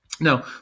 Now